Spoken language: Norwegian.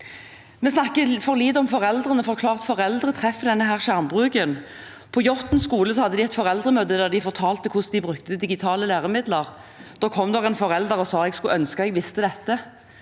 Vi snakker for lite om foreldrene, for det er klart at foreldre treffer denne skjermbruken. På Jåtten skole hadde de et foreldremøte der de fortalte om hvordan de brukte digitale læremidler. Da kom det en forelder og sa: Jeg skulle ønske jeg visste dette.